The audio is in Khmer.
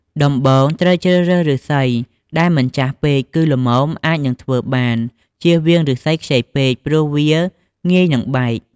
ដំបូង ត្រូវជ្រើសរើសឫស្សី ដែលមិនចាស់ពេក គឺល្មមអាចនឹងធ្វើបាន ជៀសវាងឫស្សីខ្ចីពេក ព្រោះវាងាយនិងបែក។